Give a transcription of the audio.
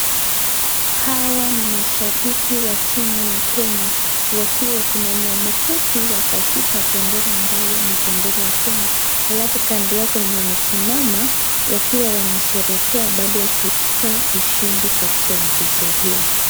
Hawa ni mashabiki wa timu ya kenya wakiwa kuna wenye wameketi wakashika bendera ambayo ni bendera ya Kenya alafu kando yake kuna wenye wamesimama wakiwa wanasherekea badha ya kuvuka ushindi katika uchezo huo.